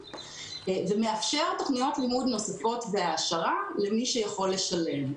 ומאפשר תוכניות לימוד נוספות והעשרה למי שיכול לשלם.